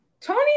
Tony